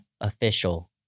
official